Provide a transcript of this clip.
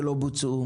שלא בוצעו?